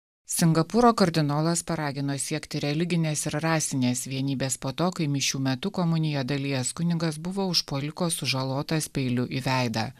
singapūro kardinolas paragino siekti religinės ir rasinės vienybės po to kai mišių metu komunija dalies kunigas buvo užpuoliko sužalotas peiliu į veidą